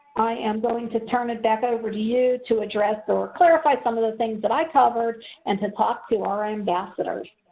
i am going to turn it back over to you to address or clarify some of the things but i covered and to talk to our ambassadors.